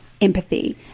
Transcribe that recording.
empathy